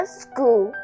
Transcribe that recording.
school